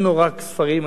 אני גדלתי על ספרים,